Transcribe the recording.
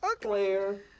player